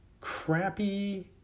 crappy